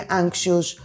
anxious